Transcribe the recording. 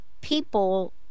people